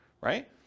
right